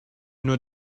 nur